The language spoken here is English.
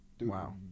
Wow